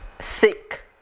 sick